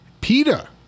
PETA